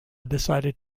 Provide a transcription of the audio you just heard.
decided